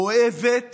אוהבת